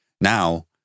now